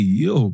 yo